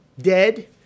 dead